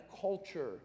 culture